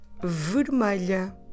vermelha